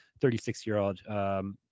36-year-old